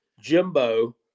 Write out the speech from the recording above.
Jimbo